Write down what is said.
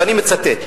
ואני מצטט.